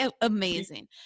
amazing